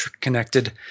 connected